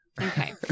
Okay